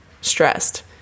stressed